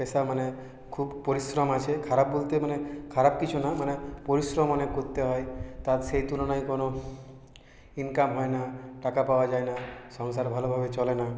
পেশা মানে খুব পরিশ্রম আছে খারাপ বলতে মানে খারাপ কিছু না মানে পরিশ্রম অনেক করতে হয় তার সেই তুলনায় কোনো ইনকাম হয় না টাকা পাওয়া যায় না সংসার ভালোভাবে চলে না